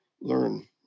learn